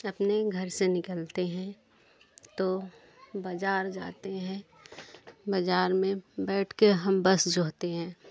अपने घर से निकलते ही तो बजार जाते हैं बजार में बैठ के हम बस जोहते हैं